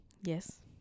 yes